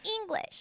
English